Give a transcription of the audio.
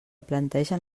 plantegen